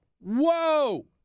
whoa